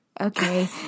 Okay